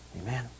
Amen